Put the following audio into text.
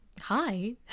hi